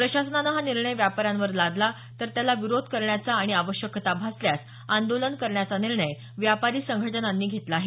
प्रशासनानं हा निर्णय व्यापाऱ्यांवर लादला तर त्याला विरोध करण्याचा आणि आवश्यकता भासल्यास आंदोलन करण्याचा निर्णय व्यापारी संघटनांनी घेतला आहे